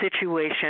situation